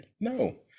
No